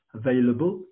available